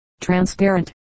transparent